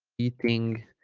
eating